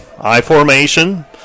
I-formation